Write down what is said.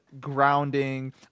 grounding